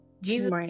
Jesus